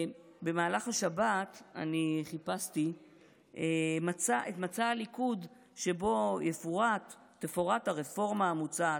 במהלך השבת חיפשתי את מצע הליכוד שבו תפורט הרפורמה המוצעת.